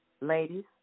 Ladies